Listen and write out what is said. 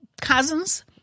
cousins